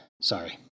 Sorry